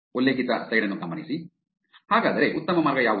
ಹಾಗಾದರೆ ಉತ್ತಮ ಮಾರ್ಗ ಯಾವುದು